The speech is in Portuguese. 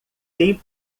quem